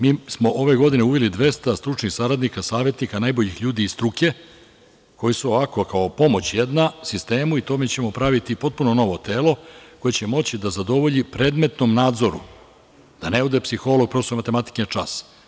Mi smo ove godine uveli 200 stručnih saradnika, savetnika, najboljih ljudi iz struke koji su kao pomoć jedna sistemu i pravićemo jedno potpuno novo telo koje će moći da zadovolji predmetnom nadzoru, da ne ode psiholog profesoru matematike na čas.